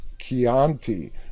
Chianti